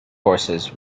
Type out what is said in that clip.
horses